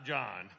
John